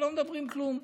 ולא מדברים כלום.